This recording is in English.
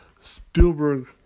Spielberg